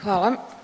Hvala.